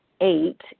eight